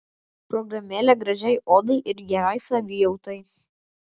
programėlė gražiai odai ir gerai savijautai